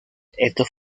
estos